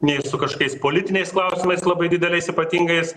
nei su kažkokiais politiniais klausimais labai didelis ypatingais